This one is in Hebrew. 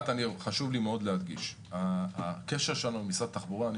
חשוב לי להדגיש שהקשר שלנו עם משרד התחבורה הוא